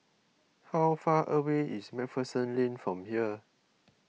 how far away is MacPherson Lane from here